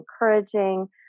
encouraging